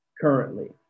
currently